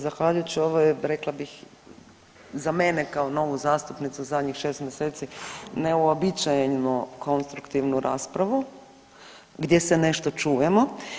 Zahvalit ću ovoj rekla bih za mene kao novu zastupnicu zadnjih šest mjeseci neuobičajeno konstruktivnu raspravu gdje se nešto čujemo.